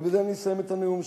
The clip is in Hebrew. ובזה אני אסיים את הנאום שלי,